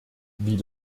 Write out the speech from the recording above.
wie